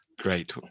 Great